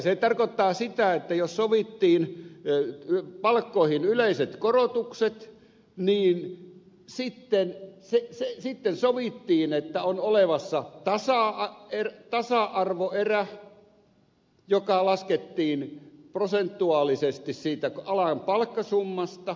se tarkoittaa sitä että jos sovittiin palkkoihin yleiset korotukset niin sitten sovittiin että on olemassa tasa arvoerä joka laskettiin prosentuaalisesti siitä alan palkkasummasta